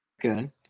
good